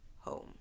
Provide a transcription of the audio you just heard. home